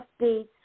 updates